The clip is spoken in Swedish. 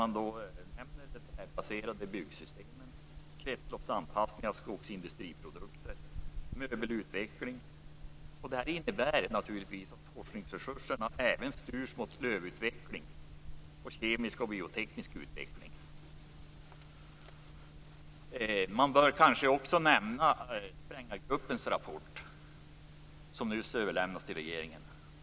Man nämner träbaserade byggsystem, kretsloppsanpassning av skogsindustriprodukter och möbelutveckling. Detta innebär naturligtvis att forskningsresurserna även styrs mot lövutveckling och kemisk och bioteknisk utveckling. Här kan också nämnas Sprängaregruppens rapport, som nyss överlämnats till regeringen.